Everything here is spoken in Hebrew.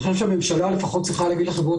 אני חושב שהממשלה לפחות צריכה להגיד לחברות